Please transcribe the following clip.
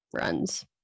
runs